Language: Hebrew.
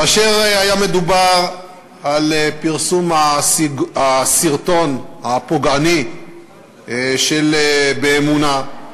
כאשר היה מדובר על פרסום הסרטון הפוגעני של "באמונה",